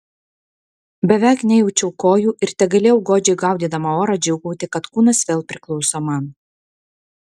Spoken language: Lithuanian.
beveik nejaučiau kojų ir tegalėjau godžiai gaudydama orą džiūgauti kad kūnas vėl priklauso man